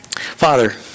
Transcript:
Father